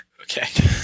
okay